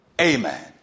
amen